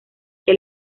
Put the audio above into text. que